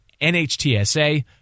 NHTSA